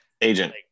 agent